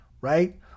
right